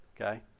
okay